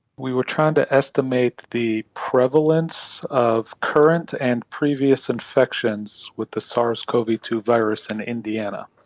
we were trying to estimate the prevalence of current and previous infections with the sars cov two virus in indiana.